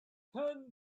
tend